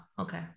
Okay